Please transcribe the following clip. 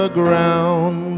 ground